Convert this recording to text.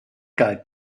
galt